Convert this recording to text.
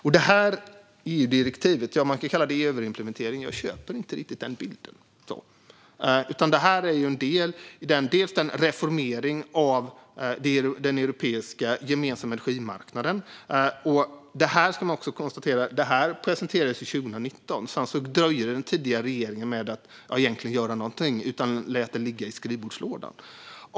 Man kan kalla detta en överimplementering av EU-direktivet, men jag köper inte riktigt den bilden. Detta är i stället en del av reformeringen av den gemensamma europeiska energimarknaden. Detta presenterades ju 2019. Sedan dröjde den tidigare regeringen med att göra någonting; man lät det ligga i skrivbordslådan.